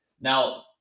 Now